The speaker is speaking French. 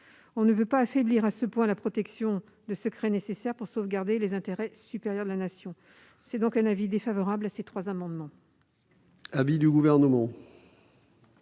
pas souhaitable d'affaiblir à ce point la protection de secrets nécessaires pour sauvegarder les intérêts supérieurs de la Nation. L'avis est défavorable sur ces trois amendements.